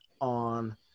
on